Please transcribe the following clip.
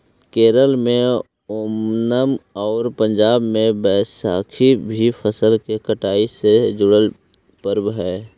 केरल में ओनम आउ पंजाब में बैसाखी भी फसल के कटाई से जुड़ल पर्व हइ